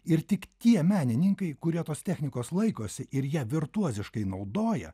ir tik tie menininkai kurie tos technikos laikosi ir ją virtuoziškai naudoja